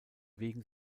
wegen